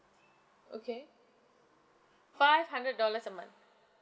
okay five hundred dollars a month